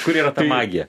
kur yra ta magija